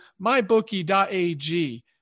mybookie.ag